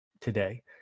today